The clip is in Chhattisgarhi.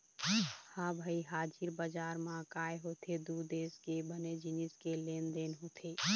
ह भई हाजिर बजार म काय होथे दू देश के बने जिनिस के लेन देन होथे